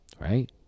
Right